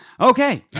Okay